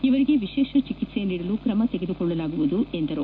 ಇವರಿಗೆ ವಿಶೇಷ ಚಿಕಿತ್ಸೆ ನೀಡಲು ಕ್ರಮ ತೆಗೆದುಕೊಳ್ಳಲಾಗುವುದು ಎಂದರು